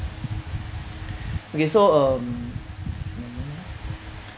okay so um